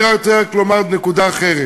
אני רוצה רק לומר נקודה אחרת.